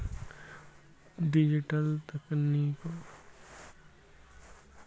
digital तकनीकों artificial intelligence, robotics, sensor, संचार network को एकीकृत करने की प्रक्रिया है